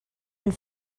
and